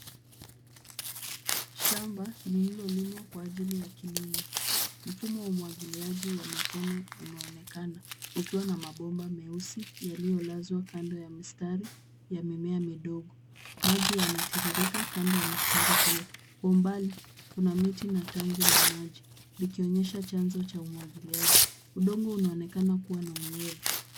Shamba lililolimwa kwa ajili ya kilimo. Mfumo wa umwangiliaji wa matone unaonekana ukiwa na mabomba meusi yaliyolazwa kando ya mistari ya mimea midogo. Maji yanatiririka kando ya mistari hiyo. Kwa umbali kuna miti na tanki la maji likionyesha chanzo cha umwagiliaji. Udongo unaonekana kuwa na unyevu.